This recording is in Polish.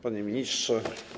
Panie Ministrze!